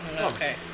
Okay